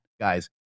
guys